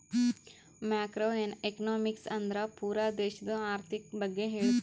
macro economics ಅಂದುರ್ ಪೂರಾ ದೇಶದು ಆರ್ಥಿಕ್ ಬಗ್ಗೆ ಹೇಳ್ತುದ